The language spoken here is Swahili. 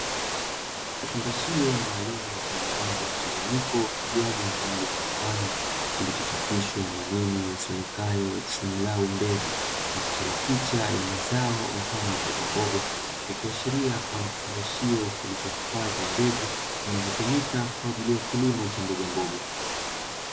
Kifungashio maalumu chenye rangi mchanganyiko, kijani pamoja na manjano, kilichochapishwa maneno yasomekayo "simlau mbegu" na kuchorwa picha ya mazao mfano wa mbogamboga. Ikiashiria kuwa ni kifungashio kilichohifadhi mbegu zinazotumika kwa ajli ya kilimo cha mbogamboga.